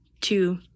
two